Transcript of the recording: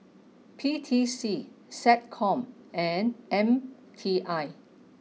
P T C SecCom and M T I